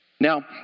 Now